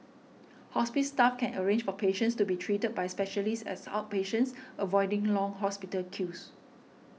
hospice staff can arrange for patients to be treated by specialists as outpatients avoiding long hospital queues